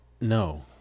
No